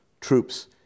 troops